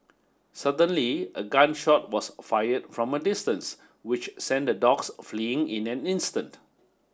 suddenly a gun shot was fired from a distance which sent the dogs fleeing in an instant